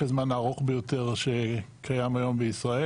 הזמן הארוך ביותר שקיים היום בישראל,